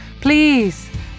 Please